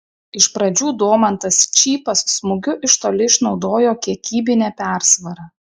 iš pradžių domantas čypas smūgiu iš toli išnaudojo kiekybinę persvarą